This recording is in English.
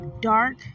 dark